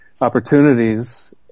Opportunities